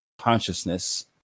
consciousness